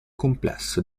complesso